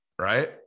right